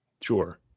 Sure